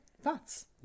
Thoughts